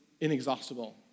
inexhaustible